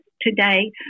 today